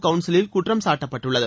கவுன்சிவில் குற்றம் சாட்டப்பட்டுள்ளது